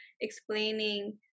explaining